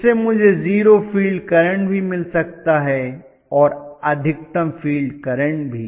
इससे मुझे 0 field current भी मिल सकता है और अधिकतम फील्ड करंट भी